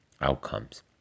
outcomes